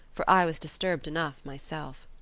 for i was disturbed enough myself.